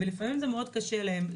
לפעמים זה מאוד קשה להם.